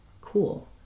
cool